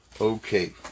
Okay